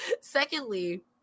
Secondly